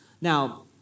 Now